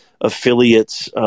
affiliates